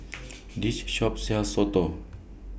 This Shop sells Soto